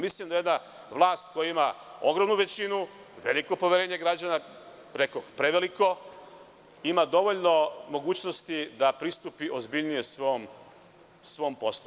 Mislim da jedna vlast koja ima ogromnu većinu, veliko poverenje građana, rekoh preveliko, ima dovoljno mogućnosti da pristupi ozbiljnije svom poslu.